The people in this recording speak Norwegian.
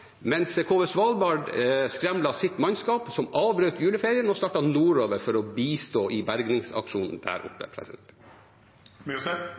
som avbrøt juleferien og startet nordover for å bistå i bergingsaksjonen der